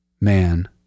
man